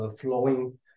flowing